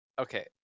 Okay